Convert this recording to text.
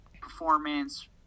performance